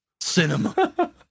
cinema